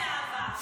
הכול באהבה.